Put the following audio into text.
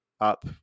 up